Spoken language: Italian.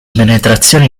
penetrazione